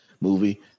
movie